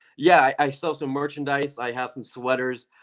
yeah, i sell some merchandise. i have some sweaters.